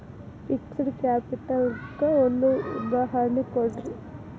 fixed capital ಕ್ಕ ಒಂದ್ ಉದಾಹರ್ಣಿ ಕೊಡ್ರಿ